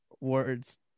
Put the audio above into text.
words